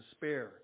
despair